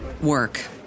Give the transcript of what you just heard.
work